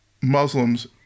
Muslims